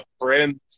friends